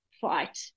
fight